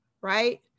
right